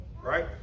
right